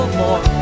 more